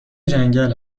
جنگل